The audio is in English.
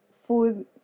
food